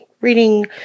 reading